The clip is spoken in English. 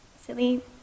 silly